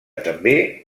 també